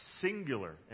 singular